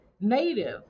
Native